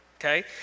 okay